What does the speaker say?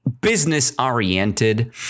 business-oriented